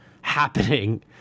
happening